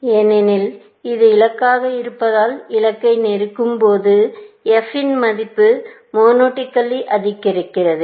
ஏனெனில் இது இலக்காக இருப்பதால் இலக்கை நெருங்கும்போது f இன் மதிப்பு மொனொடோனிக்கல்லி அதிகரிக்கிறது